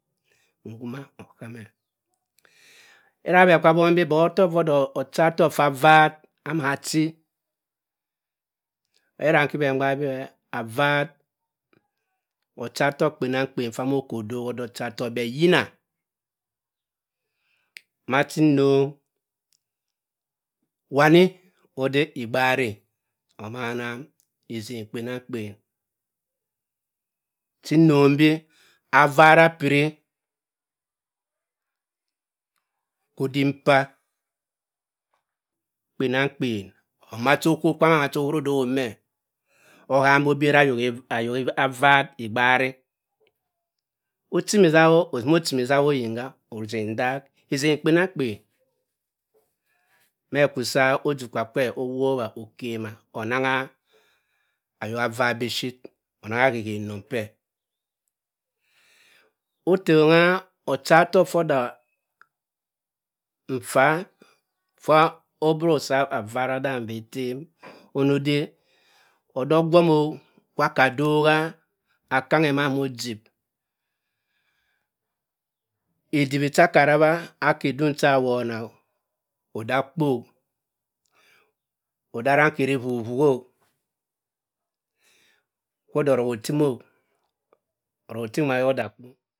Ngwuma oham-e, ira bhe akwa abobm bi bong ottohk vo ode ochatohk ffa avar ama achi, but ira nki bhe mgbaaka bi well avarr ochaatohk kpenankpen ffa amo oko odoha ode ochatohk-e but yina machi nnong wani ode igbarr onama essen kpenamkpen chi nnong bi avarr apiri ko odimpa kpenamkpen or macha oho kwamaam macha ohorodo owop me ohambi obera ayok avarr igbari ochimi zak owop osima achini zak oyin ga ezen kpenamkpen me kwu sa ojukwa kwe owowa okemma onanga ayok avarr biphir anang ahehen-nang pe, ottong a ochatohk fa ode mfa ffa obiri osi avarr odam bhe etem ono ode ode ogwommi-o kwa aka adoha akamg-e ma ma ojip edibi cha aka arabba aki edung cho awona ode akpu-o-ode arrankeri wuhuwuhu-o kwa ode oruk-otim-o oruk otim wuma ke wo ode akpu.